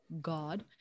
god